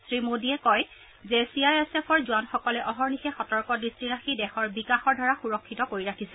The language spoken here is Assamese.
শ্ৰীমোদীয়ে কয় যে চি আই এছ এফৰ জোৱানসকলে অহৰ্নিশে সতৰ্ক দৃষ্টি ৰাখি দেশৰ বিকাশৰ ধাৰাক সুৰক্ষিত কৰি ৰাখিছে